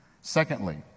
Secondly